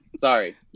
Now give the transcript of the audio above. Sorry